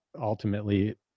ultimately